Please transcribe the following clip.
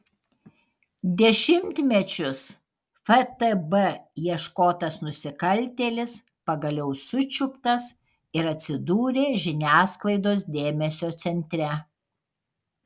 dešimtmečius ftb ieškotas nusikaltėlis pagaliau sučiuptas ir atsidūrė žiniasklaidos dėmesio centre